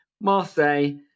Marseille